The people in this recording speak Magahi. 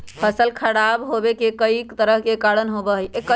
फसल खराब होवे के कई तरह के कारण होबा हई